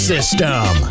System